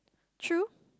true